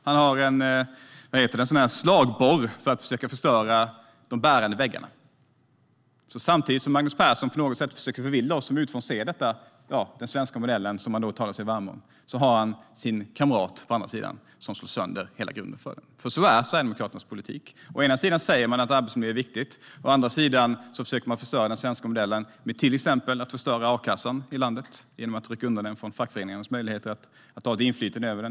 Han använder en slagborr för att försöka förstöra de bärande väggarna. Samtidigt som Magnus Persson på något sätt försöker förvilla oss som ser detta utifrån - den svenska modellen som han talar sig varm för - är hans kamrat på den andra sidan och slår sönder hela grunden. Så är Sverigedemokraternas politik. Å ena sidan säger man att arbetsmiljö är viktigt, å andra sidan försöker man att rasera den svenska modellen genom att till exempel förstöra a-kassan och trycka undan den från fackföreningarnas möjlighet att ha ett inflytande över den.